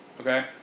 Okay